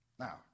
Now